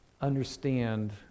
understand